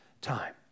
time